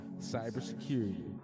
Cybersecurity